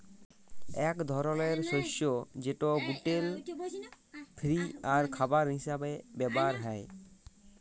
ইক ধরলের শস্য যেট গ্লুটেল ফিরি আর খাবার হিসাবে ব্যাভার হ্যয়